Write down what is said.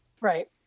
right